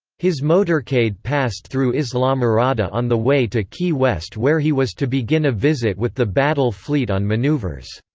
his motorcade passed through islamorada on the way to key west where he was to begin a visit with the battle fleet on maneuvers.